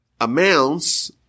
amounts